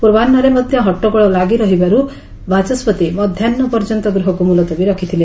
ପୂର୍ବାହୁରେ ମଧ୍ୟ ହଟ୍ଟଗୋଳ ଲାଗିରହିବାରୁ ବାଚସ୍କତି ମଧ୍ୟାହୁ ପର୍ଯ୍ୟନ୍ତ ଗୃହକୁ ମୁଲତବୀ ରଖିଥିଲେ